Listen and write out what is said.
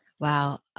Wow